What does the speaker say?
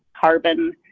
carbon